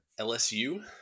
LSU